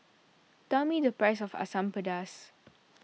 tell me the price of Asam Pedas